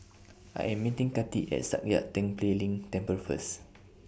I Am meeting Kati At Sakya Tenphel Ling Temple First